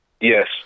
Yes